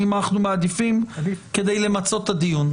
אנחנו מעדיפים כדי למצות את הדיון.